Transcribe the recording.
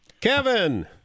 Kevin